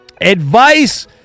advice